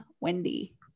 Wendy